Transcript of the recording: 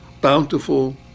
bountiful